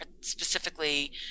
specifically